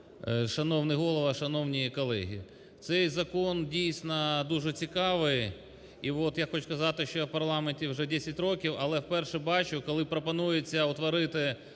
Шановний Голово, шановні колеги. Цей закон, дійсно, дуже цікавий і я хочу сказати, що я в парламенті вже десять років, але вперше бачу, коли пропонується утворити